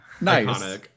Nice